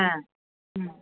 হ্যাঁ হুম